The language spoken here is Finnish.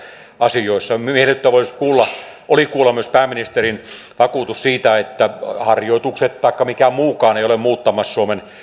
asioissa miellyttävää oli kuulla myös pääministerin vakuutus siitä etteivät harjoitukset taikka mikään muukaan ole muuttamassa suomen